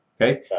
Okay